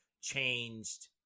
changed